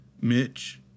Mitch